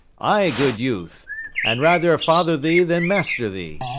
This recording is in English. ay, good youth and rather father thee than master thee.